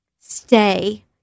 Stay